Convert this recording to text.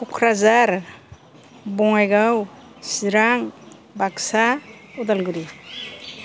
Kokrajhar Bongaigaon Chirang Baksa Udalguri